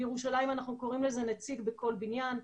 בירושלים אנחנו קוראים לזה נציג בכל בניין.